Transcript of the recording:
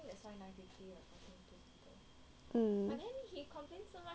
mm